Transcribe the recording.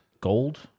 gold